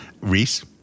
Reese